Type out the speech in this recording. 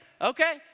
Okay